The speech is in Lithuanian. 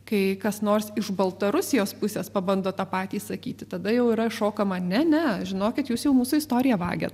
kai kas nors iš baltarusijos pusės pabando tą patį sakyti tada jau yra šokama ne ne žinokit jūs jau mūsų istoriją vagiat